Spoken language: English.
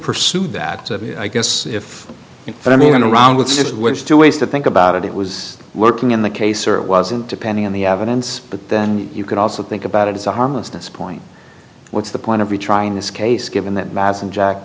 pursue that i guess if you and i mean in a round with six which two ways to think about it it was lurking in the case or it wasn't depending on the evidence but then you could also think about it as a harmlessness point what's the point of you trying this case given that madison jack